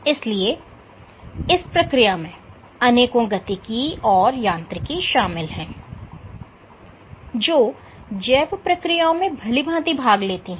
इसलिए इस प्रक्रिया में अनेकों गतिकी और यांत्रिकी शामिल हैं जो जैविक प्रक्रियाओं में भली भांति भाग लेती हैं